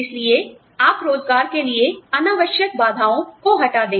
इसलिए आप रोज़गार के लिए अनावश्यक बाधाओं को हटा दें